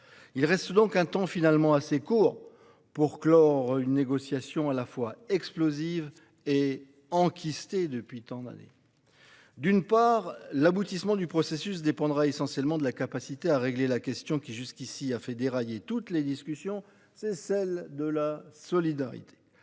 Il reste donc un temps finalement assez court pour clore une négociation à la fois explosive et enkystée depuis tant d'années. L'aboutissement du processus dépendra essentiellement de la capacité à régler la question qui, jusqu'à présent, a fait dérailler toutes les discussions : celle de la solidarité